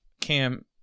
Cam